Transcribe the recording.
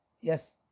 Yes